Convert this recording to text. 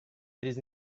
it’s